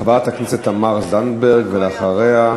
חברת הכנסת תמר זנדברג, ואחריה,